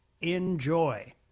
enjoy